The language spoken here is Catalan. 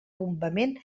bombament